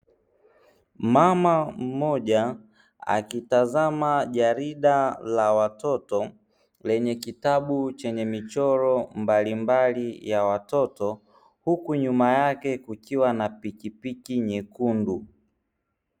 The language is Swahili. Mama mmoja akitazama jarida la watoto lenye kitabu chenye michoro mbalimbali ya watoto, huku nyuma yake kukiwa na pikipiki nyekundu.